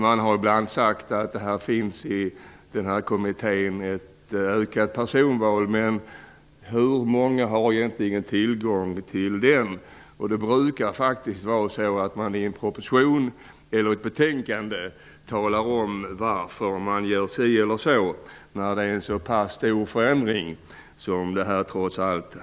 Man har ibland sagt att det finns stöd i Personvalskommittén för ett ökat personval, men hur många har egentligen tillgång till dess betänkande? Man brukar faktiskt i en proposition eller i ett betänkande tala om varför man gör si eller så när det handlar om en så pass stor förändring som denna.